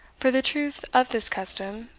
for the truth of this custom,